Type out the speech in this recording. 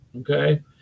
Okay